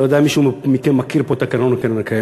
ואני לא יודע אם מישהו מכם מכיר את תקנון הקרן הקיימת,